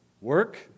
work